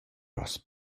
nos